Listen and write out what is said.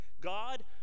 God